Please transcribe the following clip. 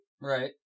Right